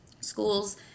schools